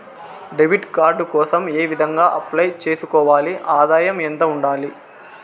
Debit card కోసం ఏ విధంగా అప్లై సేసుకోవాలి? ఆదాయం ఎంత ఉండాలి?